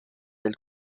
del